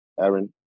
Aaron